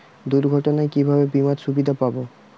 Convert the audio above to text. দুর্ঘটনায় কিভাবে বিমার সুবিধা পাব?